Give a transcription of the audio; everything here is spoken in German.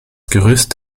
gerüst